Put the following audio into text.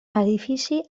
edifici